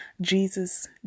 jesus